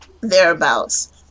thereabouts